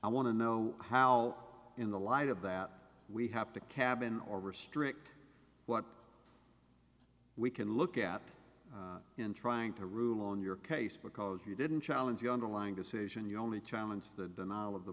i want to know how in the light of that we have to cabin or restrict what we can look at in trying to rule on your case because you didn't challenge the underlying decision you only challenge the denial of the